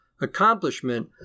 accomplishment